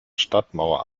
stadtmauer